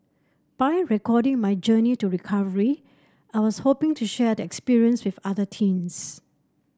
by recording my journey to recovery I was hoping to share the experience with other teens